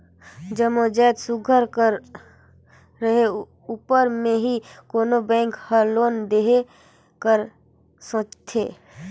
जम्मो जाएत सुग्घर कर रहें उपर में ही कोनो बेंक हर लोन देहे कर सोंचथे